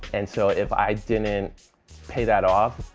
and so if i didn't pay that off,